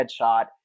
headshot